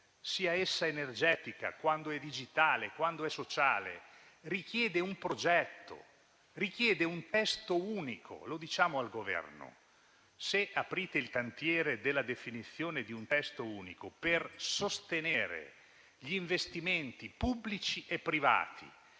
sia essa energetica, digitale o sociale, richiede un progetto, un testo unico. Lo diciamo al Governo: aprire il cantiere della definizione di un testo unico per sostenere gli investimenti pubblici e privati